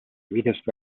sweetest